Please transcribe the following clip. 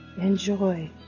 enjoy